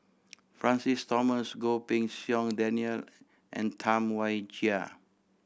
Francis Thomas Goh Pei Siong Daniel and Tam Wai Jia